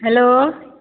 hello